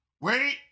Wait